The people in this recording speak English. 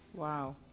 Wow